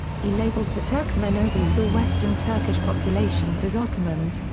he labels the turkmen oghuz or western turkish populations as ottomans,